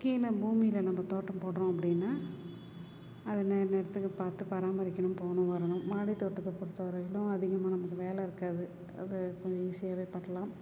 கீழே பூமியில நம்ம தோட்டம் போடுறோம் அப்படின்னா அது நேர நேரத்துக்கு பார்த்து பராமரிக்கணும் போகணும் வரணும் மாடி தோட்டத்தை பொறுத்த வரையிலும் அதிகமாக நமக்கு வேலை இருக்காது அது கொஞ்சம் ஈஸியாகவே பார்க்கலாம்